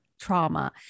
trauma